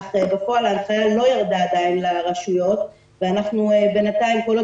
אך בפועל ההנחיה לא ירדה עדיין לרשויות ובינתיים כל עוד